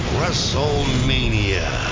Wrestlemania